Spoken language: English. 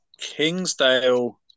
Kingsdale